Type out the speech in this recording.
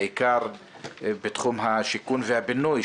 בעיקר בתחום השיכון והבינוי,